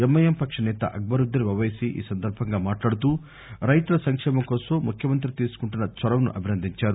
MIM పక్ష నేత అక్బరుద్దీన్ ఒవైసీ ఈ సందర్భంగా మాట్లాడుతూ రైతుల సంక్షేమం కోసం ముఖ్యమంతి తీసుకుంటున్న చొరవను అభినందించారు